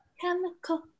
chemical